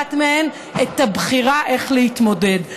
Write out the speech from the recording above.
ואחת מהם את הבחירה איך להתמודד.